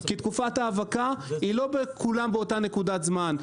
כי תקופת האבקה היא לא בכולם באותה נקודת זמן.